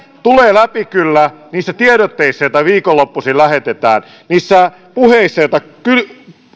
tulee läpi kyllä niissä tiedotteissa joita viikonloppuisin lähetetään niissä puheissa joita